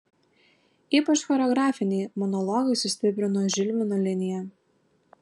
ypač choreografiniai monologai sustiprino žilvino liniją